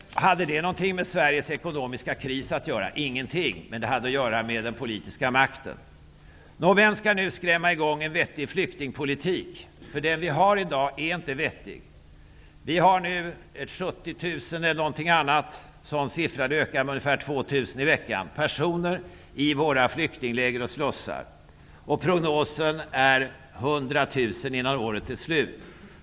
Hade det någonting med Sveriges ekonomiska kris att göra? Ingenting! Men det hade att göra med den politiska makten. Nå, vem skall nu skrämma i gång en vettig flyktingpolitik? Den vi i dag har är nämligen inte vettig. Vi har nu omkring 70 000 personer i våra flyktingläger och slussar -- siffran ökar med ungefär 2 000 i veckan. Prognosen är 100 000 innan året är slut.